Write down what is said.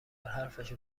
حرفشو